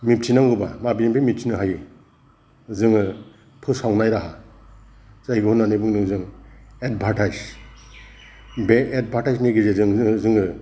मिथिनांगौबा माबेनिफ्राय मिथिनो हायो जोङो फोसावनाय राहा जायखौ होन्नानै बुंदों जों एदभार्तायस बे एदभार्तायसनि गेजेरजोंनो जोङो